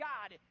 God